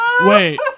Wait